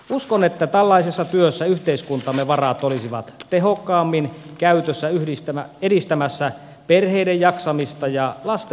uskon että tällaisessa työssä yhteiskuntamme varat olisivat tehokkaammin käytössä edistämässä perheiden jaksamista ja lasten hyvinvointia